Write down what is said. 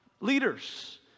leaders